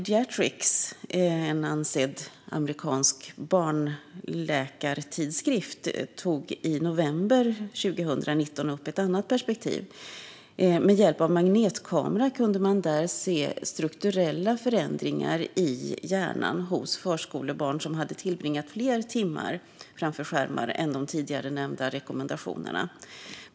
Den ansedda amerikanska barnmedicinska tidskriften JAMA Pediatrics tog i november 2019 upp ett annat perspektiv. Med hjälp av magnetkamera kunde man se strukturella förändringar i hjärnan hos förskolebarn som hade tillbringat fler timmar framför skärmar än de rekommenderade.